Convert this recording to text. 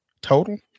total